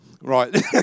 right